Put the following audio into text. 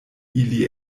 ili